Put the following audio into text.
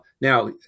Now